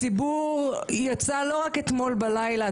הציבור יצא לא רק אתמול בלילה.